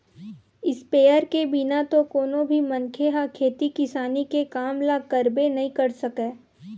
sprayer के बिना तो कोनो भी मनखे ह खेती किसानी के काम ल करबे नइ कर सकय